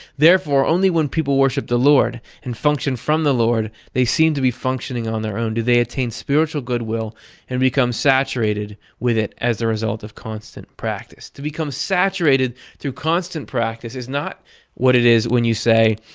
therefore only when people worship the lord, and function from the lord while they seem to be functioning on their own, do they attain spiritual goodwill and become saturated with it as the result of constant practice. to become saturated through constant practice is not what it is when you say,